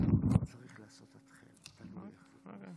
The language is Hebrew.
אני אבקש להיות מחליף לשבוע.